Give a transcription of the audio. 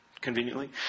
conveniently